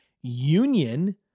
union